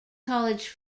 college